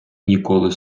ніколи